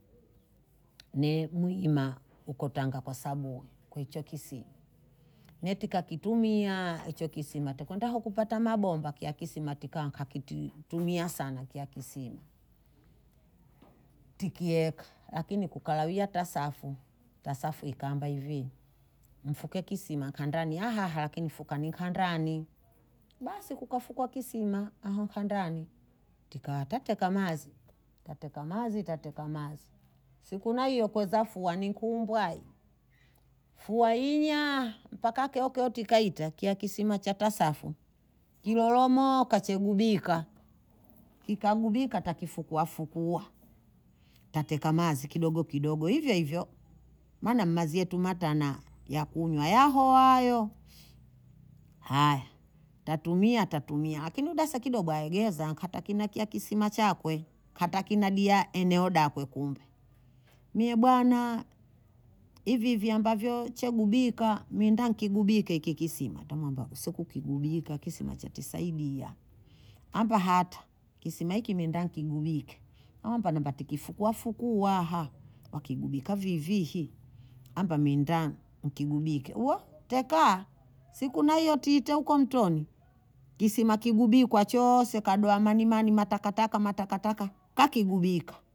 Ni mwima ukotanga kwa sabo kwa icho kisima. Ni tika kitumia icho kisima. Teko ndako kupata mabomba kia kisima, tika wangakitumia sana kia kisima. Tikieka, lakini kukalawia tasafu. Tasafu ikamba ivi. Mfuke kisima, kandrani. Aha, lakini fuka ni kandrani. Ba, siku kafukuwa kisima. Aho, kandrani. Tika watateka mazi. Tateka mazi, tateka mazi. Siku na iyo kweza fuwa ni kumbwa. Fuwa inya, mpaka keoke otika ita kia kisima tasafu. Kilolomo kache gubika. Ika gubika takifukuwa fukuwa. Tateka mazi kidogo kidogo. Ivio, ivio. Mwana mazi yetu mata na ya kunwa ya howayo. Haya. Tatumia, tatumia. Akini udasa kidogo aegeza. Katakina kia kisima chakwe. Katakina diya eneoda kwe kumbe. Mie bwana, ivivi ambavyo chegubika. Mindan kigubike kikisima. Tama ambavyo siku kigubika. Kisima chati saidiya. Amba hata. Kisima iki mindan kigubike. Amba nabati kifukuwa fukuwa. Wa kigubika vivihi. Amba mindan mkigubike. Wa, teka. Siku na iyo tite uko mtoni. Kisima kigubikuwa chose. Kadoa manimani, matakataka, matakataka. Kakigubika.